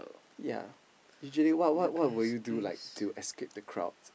yea usually what what what would you do like to escape the crowd